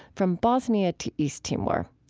from bosnia, to east timor.